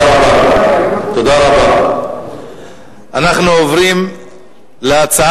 אנחנו עוברים לנושא: